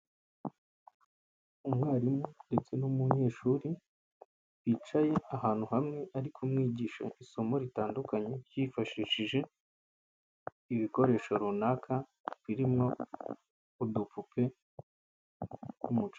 Umwarimu ndetse n'umunyeshuri bicaye ahantu hamwe ari kumwigisha isomo ritandukanye yifashishije ibikoresho runaka birimo udupupe tw'umuco...